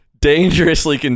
Dangerously